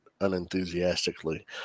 unenthusiastically